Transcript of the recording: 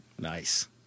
Nice